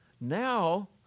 Now